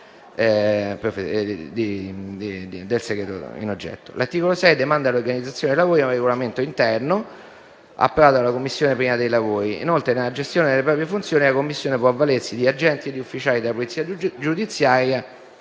L'articolo 6 demanda l'organizzazione dei lavori a un regolamento interno approvato dalla Commissione prima dell'inizio dei suoi lavori. Inoltre, nella gestione delle proprie funzioni, la Commissione può avvalersi di agenti e di ufficiali della Polizia giudiziaria,